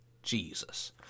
Jesus